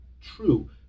true